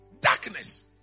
darkness